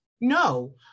No